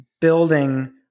building